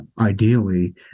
ideally